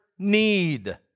Need